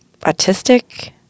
autistic